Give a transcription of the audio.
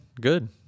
Good